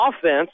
offense